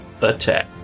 attack